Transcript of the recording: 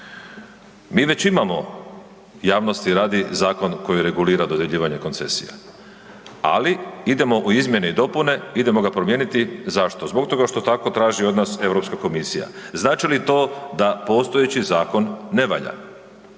Mi već imamo javnost radi, zakon koji regulira dodjeljivanje koncesija. Ali idemo u izmjene i dopune, idemo ga promijeniti, zašto, zbog toga što tako traži od nas Europska komisija. Znači li to da postojeći zakon ne valja?